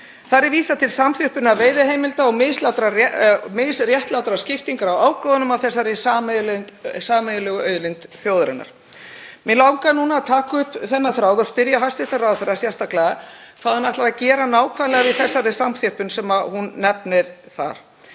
Þar er vísað til samþjöppunar veiðiheimilda og misréttlátrar skiptingar á ágóðanum af þessari sameiginlegu auðlind þjóðarinnar. Mig langar núna að taka upp þennan þráð og spyrja hæstv. ráðherra sérstaklega hvað hún ætlar að gera nákvæmlega í þessari samþjöppun sem hún nefnir.